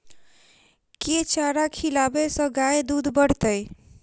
केँ चारा खिलाबै सँ गाय दुध बढ़तै?